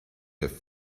have